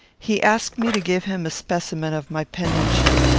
he asked me to give him a specimen of my penmanship.